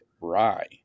rye